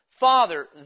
Father